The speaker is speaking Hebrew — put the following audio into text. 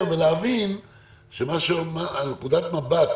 נקודת המבט